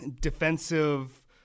defensive